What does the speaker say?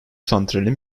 santralin